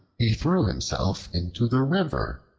he threw himself into the river,